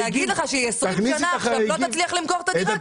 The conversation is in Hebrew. אם במשך 20 שנה היא לא תצליח למכור את הדירה,